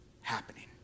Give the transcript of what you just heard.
happening